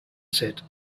said